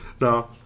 No